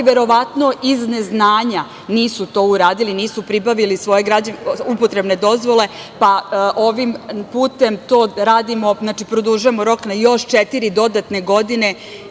verovatno iz neznanja nisu to uradili, nisu to uradili, nisu pribavili svoje upotrebne dozvole, pa ovim putem to radimo, znači produžavamo rok na još četiri dodatne godine,